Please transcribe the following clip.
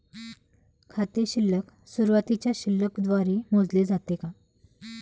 खाते शिल्लक सुरुवातीच्या शिल्लक द्वारे मोजले जाते का?